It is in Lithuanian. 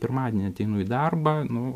pirmadienį ateinu į darbą nu